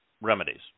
remedies